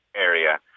area